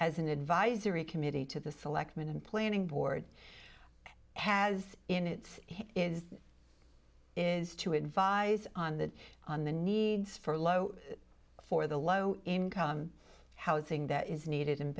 as an advisory committee to the selectmen and planning board has in it is is to advise on that on the needs for low for the low income housing that is needed